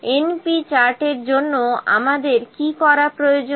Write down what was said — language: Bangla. np চার্টের জন্য আমাদের কি করা প্রয়োজন